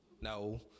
No